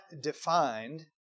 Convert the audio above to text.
defined